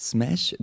Smash